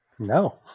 No